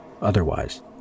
otherwise